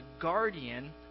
guardian